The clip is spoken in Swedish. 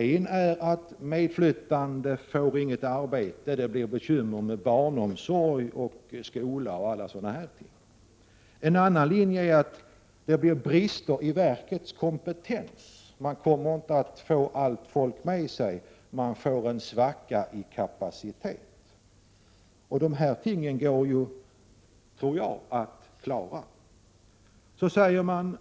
En är att medflyttande inte får något arbete, att det blir bekymmer med barnomsorg och skola och sådana saker. En annan linje är att det blir brister i verkets kompetens. Man kommer inte att få allt folk med sig. Det blir en svacka i kapaciteten. De här tingen går att klara, tror jag. Så tar man